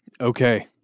Okay